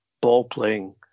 ball-playing